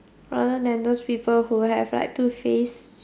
rather than those people who have like two face